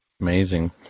amazing